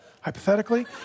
hypothetically